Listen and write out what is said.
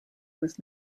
was